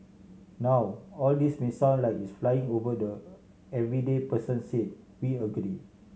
now all this may sound like it's flying over the everyday person said we agree